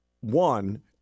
One